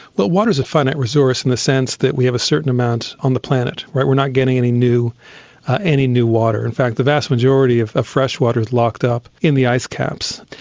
but water is a finite resource in the sense that we have a certain amount on the planet. we are not getting any new any new water. in fact the vast majority of fresh water is locked up in the ice caps.